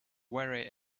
very